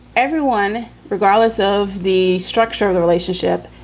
everyone, regardless of the structure of the relationship,